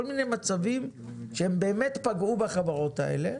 כל מיני מצבים שהם באמת פגעו בחברות האלה,